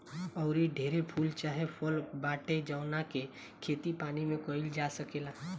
आऊरी ढेरे फूल चाहे फल बाटे जावना के खेती पानी में काईल जा सकेला